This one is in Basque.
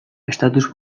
estatus